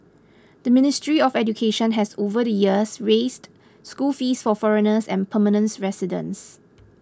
the Ministry of Education has over the years raised school fees for foreigners and permanent residents